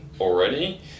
already